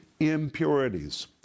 Impurities